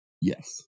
Yes